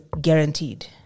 Guaranteed